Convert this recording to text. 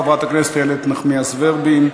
חברת הכנסת איילת נחמיאס ורבין,